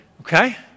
Okay